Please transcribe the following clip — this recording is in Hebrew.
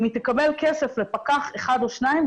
אם היא תקבל כסף לפקח אחד או שניים,